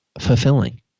fulfilling